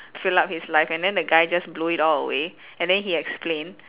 fill up his life and then the guy just blow it all away and then he explained